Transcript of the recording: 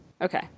Okay